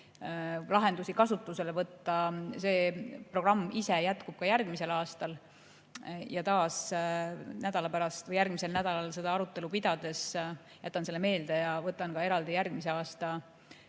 lahendusi kasutusele võtta. See programm ise jätkub ka järgmisel aastal. Ja taas, järgmisel nädalal seda arutelu pidades jätan selle meelde ja võtan ka eraldi järgmise aasta